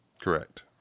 Correct